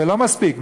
ולא מספיק,